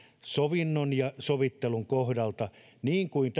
sovinnon ja sovittelun kohdalta niin kuin